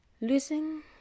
Losing